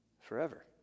forever